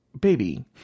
baby